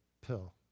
pill